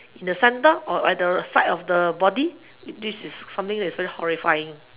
in the centre or at the side of the body this is something that is very horrifying